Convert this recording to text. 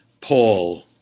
Paul